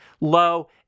low